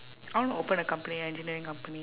I wanna open a company engineering company